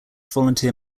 volunteer